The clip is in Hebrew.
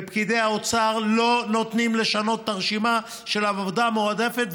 ופקידי האוצר לא נותנים לשנות את הרשימה של עבודות מועדפות,